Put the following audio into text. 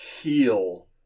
heal